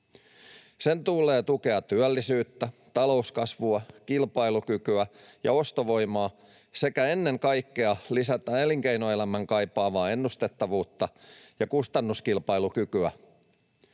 Sen tulee tukea työllisyyttä, talouskasvua, kilpailukykyä ja ostovoimaa sekä ennen kaikkea lisätä elinkeinoelämän kaipaamaa ennustettavuutta ja kustannuskilpailukykyä.